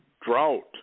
drought